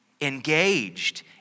Engaged